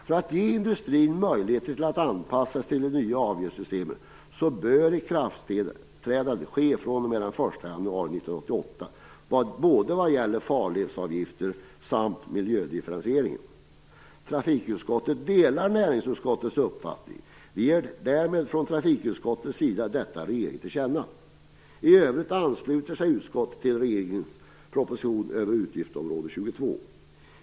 För att ge industrin möjlighet att anpassas till de nya avgiftssystemen bör ikraftträdandet ske den 1 januari 1998 både vad gäller farledsavgifterna och vad gäller miljödifferentieringen. Trafikutskottet delar näringsutskottets uppfattning. Vi ger därmed från trafikutskottets sida detta regeringen till känna. I övrigt ansluter utskottet sig till regeringens proposition över utgiftsområde 22.